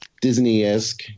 Disney-esque